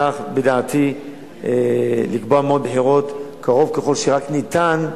כך בדעתי לקבוע מועד בחירות קרוב ככל שרק ניתן,